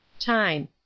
time